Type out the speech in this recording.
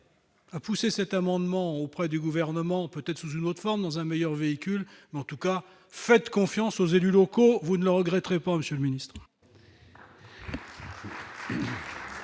à pousser cet amendement auprès du gouvernement, peut-être sous une autre forme dans un meilleur véhicule mais en tout cas fait confiance aux élus locaux, vous ne le regretterez pas Monsieur le Ministre.